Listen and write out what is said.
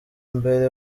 mbere